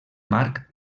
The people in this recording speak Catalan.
marc